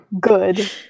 Good